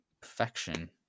perfection